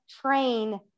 train